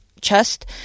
chest